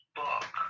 book